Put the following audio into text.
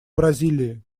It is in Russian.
бразилии